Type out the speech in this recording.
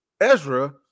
ezra